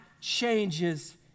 changes